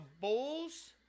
Bulls –